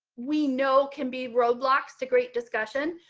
we know can be roadblocks to great discussion,